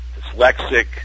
dyslexic